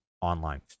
online